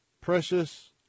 precious